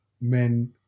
men